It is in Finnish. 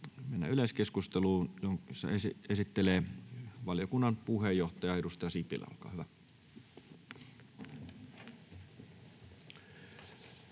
Mennään yleiskeskusteluun. Esittely, valiokunnan puheenjohtaja, edustaja Sipilä, olkaa hyvä.